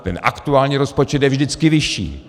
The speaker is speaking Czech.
Ten aktuální rozpočet je vždycky vyšší.